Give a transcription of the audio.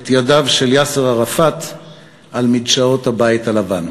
ידו של יאסר ערפאת על מדשאות הבית הלבן.